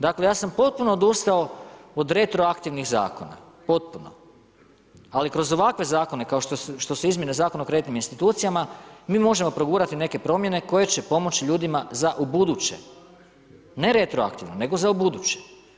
Dakle, ja sam potpuno odustao od retroaktivnih zakona potpuno, ali kroz ovakve zakone kao što su izmjene Zakona o kreditnim institucijama mi možemo progurati neke promjene koje će pomoći ljudima za ubuduće, ne retroaktivno, nego za ubuduće.